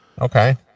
okay